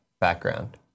background